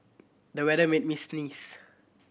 the weather made me sneeze